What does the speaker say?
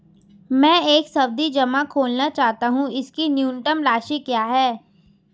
मैं एक सावधि जमा खोलना चाहता हूं इसकी न्यूनतम राशि क्या है?